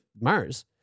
Mars